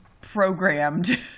programmed